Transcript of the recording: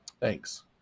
Thanks